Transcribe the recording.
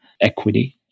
equity